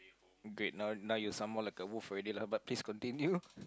great now now you sound more like a wolf already lah but please continue